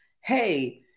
hey